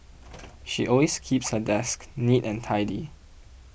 she always keeps her desk neat and tidy